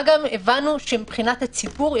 מה גם שהבנו שמבחינת הציבור,